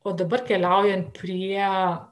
o dabar keliaujant prie